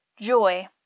joy